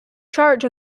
charge